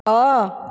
ନଅ